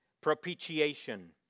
propitiation